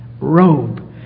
robe